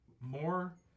more